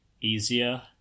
easier